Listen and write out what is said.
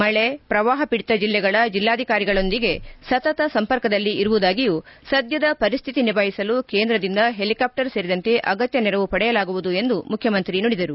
ಮಳೆ ಪ್ರವಾಹ ಪೀಡಿತ ಜಿಲ್ಲೆಗಳ ಜಿಲ್ಲಾಧಿಕಾರಿಗಳೊಂದಿಗೆ ಸತತ ಸಂಪರ್ಕದಲ್ಲಿ ಇರುವುದಾಗಿಯೂ ಸದ್ದದ ಪರಿಸ್ಥಿತಿ ನಿಭಾಯಿಸಲು ಕೇಂದ್ರದಿಂದ ಹೆಲಿಕಾಫ್ಟರ್ ಸೇರಿದಂತೆ ಅಗತ್ತ ನೆರವು ಪಡೆಯಲಾಗುವುದು ಎಂದರು